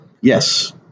Yes